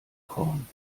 korn